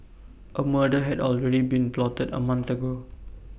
A murder had already been plotted A month ago